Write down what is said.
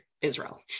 Israel